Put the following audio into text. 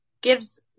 gives